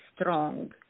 strong